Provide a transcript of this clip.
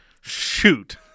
shoot